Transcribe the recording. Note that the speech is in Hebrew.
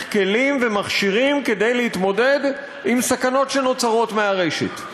כלים ומכשירים כדי להתמודד עם סכנות שנוצרות מהרשת.